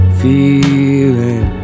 feeling